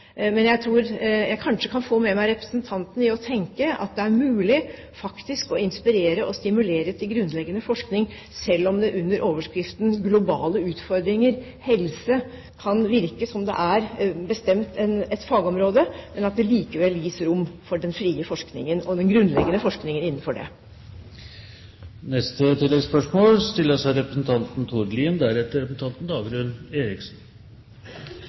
Jeg tror at jeg kanskje kan få med meg representanten til å tenke at det faktisk er mulig å inspirere og stimulere til grunnleggende forskning, selv om det under overskrifter som globale utfordringer og helse kan virke som om det er bestemt et fagområde, men at det likevel gis rom for den frie og den grunnleggende forskningen innenfor